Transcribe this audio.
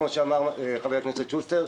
כמו שאמר חבר הכנסת שוסטר,